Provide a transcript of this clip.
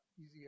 easy